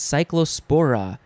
Cyclospora